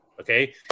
okay